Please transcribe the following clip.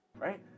right